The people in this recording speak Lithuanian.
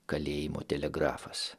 kalėjimo telegrafas